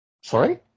Sorry